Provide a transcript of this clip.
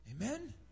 Amen